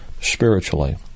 spiritually